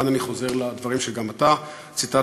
וכאן אני חוזר לדברים שגם אתה ציטטת,